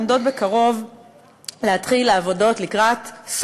עומדות בקרוב להתחיל העבודות לקראת,